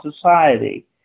society